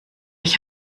ich